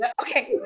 Okay